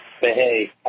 hey